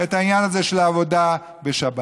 את העניין הזה של העבודה בשבת.